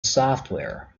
software